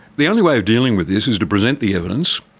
the only way of dealing with this is to present the evidence,